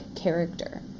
character